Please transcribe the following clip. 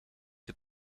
het